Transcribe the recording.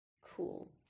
Cool